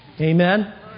Amen